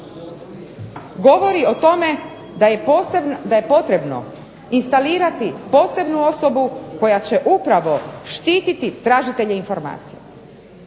govori o tome da je potrebno instalirati posebnu osobu koja će upravo štititi tražitelje informacija.